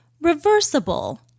reversible